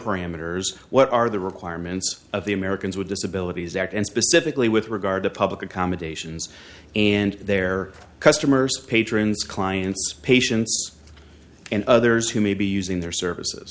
parameters what are the requirements of the americans with disabilities act and specifically with regard to public accommodations and their customers patrons clients patients and others who may be using their services